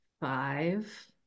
five